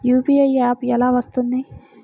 UPI app ఎలా వస్తుంది?